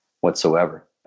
whatsoever